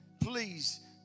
please